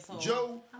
Joe